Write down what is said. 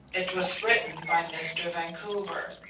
it was written by mr. vancouver.